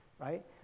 right